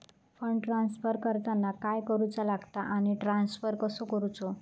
Fund transfer करताना काय करुचा लगता आनी ट्रान्स्फर कसो करूचो?